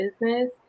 business